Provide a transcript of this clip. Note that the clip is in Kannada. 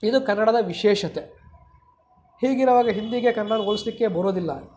ಇದು ಕನ್ನಡದ ವಿಶೇಷತೆ ಹೀಗಿರೋವಾಗ ಹಿಂದಿಗೆ ಕನ್ನಡಾನ ಹೋಲಿಸ್ಲಿಕ್ಕೇ ಬರೋದಿಲ್ಲ